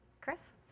Chris